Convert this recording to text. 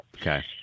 Okay